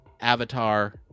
avatar